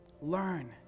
learn